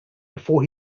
before